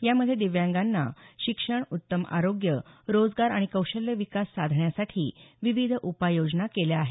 यामध्ये दिव्यांगांना शिक्षण उत्तम आरोग्य रोजगार आणि कौशल्य विकास साधण्यासाठी विविध उपाययोजना केल्या आहेत